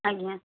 ଆଜ୍ଞା